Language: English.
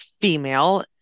female